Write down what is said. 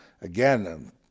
again